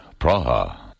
Praha